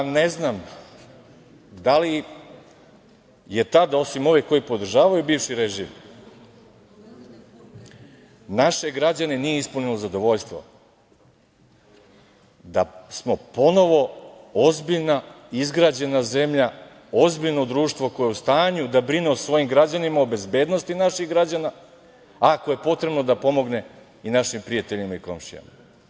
Ne znam da li je tada, osim ovih koji podržavaju bivši režim, naše građane nije ispunilo zadovoljstvo da smo ponovo ozbiljna, izgrađena zemlja, ozbiljno društvo koje je u stanju da brine o svojim građanima, o bezbednosti naših građana ako je potrebno da pomogne i našim prijateljima i komšijama.